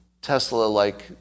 Tesla-like